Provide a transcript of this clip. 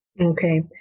Okay